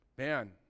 man